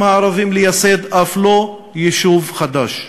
הערבים לייסד אף לא יישוב חדש אחד.